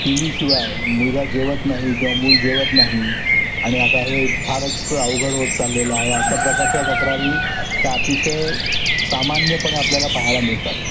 T V शिवाय मुलगा जेवत नाही किंवा मूल जेवत नाही आणि आता हे फारच अवघड होत चाललेलं आहे अशा प्रकारच्या तक्रारी ह्या अतिशय सामान्यपणे आपल्याला पाहायला मिळतात